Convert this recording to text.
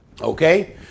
Okay